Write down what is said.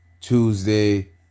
Tuesday